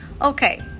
Okay